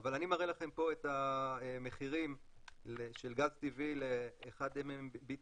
אבל אני מראה לכם פה את המחירים של גז טבעי לאחד MMBTU,